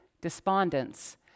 despondence